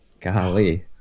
Golly